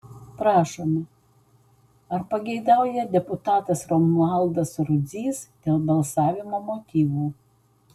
prašome ar pageidauja deputatas romualdas rudzys dėl balsavimo motyvų